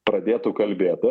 pradėtų kalbėti